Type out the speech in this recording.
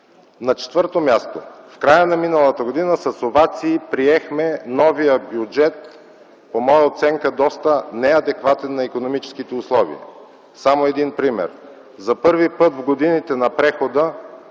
На четвърто място, в края на миналата година с овации приехме новия бюджет, по моя оценка, доста неадекватен на икономическите условия. Само един пример: за първи път в годините на прехода